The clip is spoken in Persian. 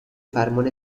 فرمان